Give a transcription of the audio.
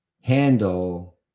handle